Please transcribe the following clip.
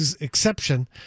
Exception